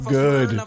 good